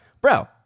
bro